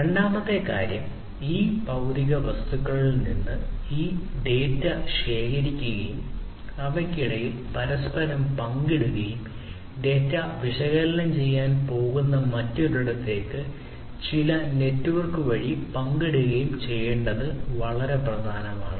രണ്ടാമത്തെ കാര്യം ഈ ഭൌതിക വസ്തുക്കളിൽ നിന്ന് ഈ വ്യത്യസ്ത ഡാറ്റ ശേഖരിക്കുകയും അവയ്ക്കിടയിൽ പരസ്പരം പങ്കിടുകയും ഡാറ്റ വിശകലനം ചെയ്യാൻ പോകുന്ന മറ്റൊരിടത്തേക്ക് ചില നെറ്റ്വർക്ക് വഴി പങ്കിടുകയും ചെയ്യേണ്ടത് വളരെ പ്രധാനമാണ്